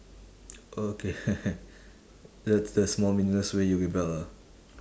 okay the the small meaningless way you rebelled ah